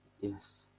yes